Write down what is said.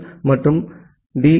L மற்றும் D